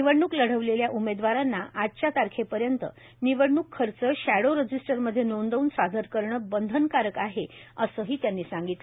निवडणूक लढविलेल्या उमेदवारांना आजच्या तारखेपर्यंत निवडणूक खर्च शॅडो रजिस्टरमध्ये नोंदवून सादर करणे बंधनकारक आहे असेही त्यांनी सांगितले